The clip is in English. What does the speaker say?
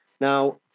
Now